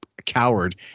coward